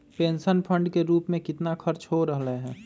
Pension fund के रूप में कितना खर्च हो रहले है?